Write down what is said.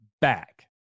back